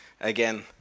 again